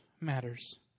matters